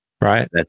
Right